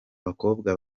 bakobwa